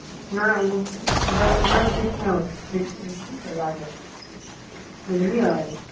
नहि ओ इधर उन्नैस बीस नहि होएत किछु लागत बुझलियै